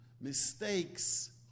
mistakes